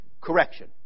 correction